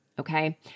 Okay